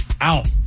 Out